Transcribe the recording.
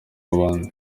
w’abandi